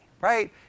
right